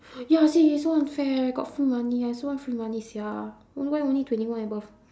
ya see so unfair got free money I also want free money sia why only twenty one and above